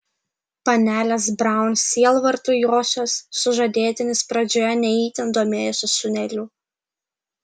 panelės braun sielvartui josios sužadėtinis pradžioje ne itin domėjosi sūneliu